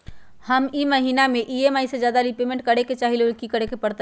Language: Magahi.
हम ई महिना में ई.एम.आई से ज्यादा रीपेमेंट करे के चाहईले ओ लेल की करे के परतई?